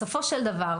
בסופו של דבר,